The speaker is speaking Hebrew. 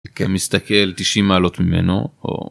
כמסתכל תשעים מעלות ממנו, או...